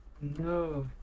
No